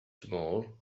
small